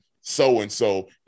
so-and-so